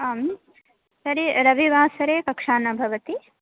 आं तर्हि रविवासरे कक्षा न भवति